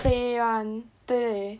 杯 [one] 对